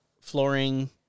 flooring